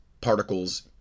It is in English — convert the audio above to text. particles